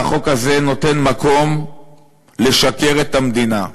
החוק הזה נותן מקום לשקר למדינה,